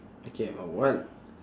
okay uh what